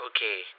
Okay